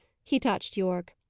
he touched yorke.